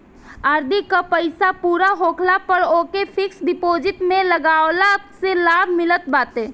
RD कअ पईसा पूरा होखला पअ ओके फिक्स डिपोजिट में लगवला से लाभ मिलत बाटे